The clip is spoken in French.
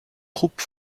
troupe